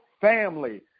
family